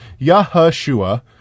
Yahushua